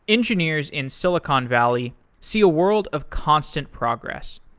engineers in silicon valley see a world of constant progress.